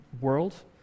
world